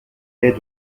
lait